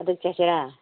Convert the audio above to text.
ꯑꯗꯨ ꯆꯠꯁꯤꯔ